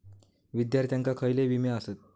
विद्यार्थ्यांका खयले विमे आसत?